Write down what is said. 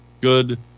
Good